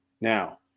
Now